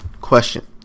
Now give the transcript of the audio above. Question